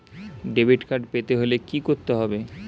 Debit card পেতে হলে কি করতে হবে?